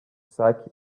sack